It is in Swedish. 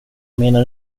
menar